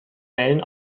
wellen